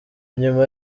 nyuma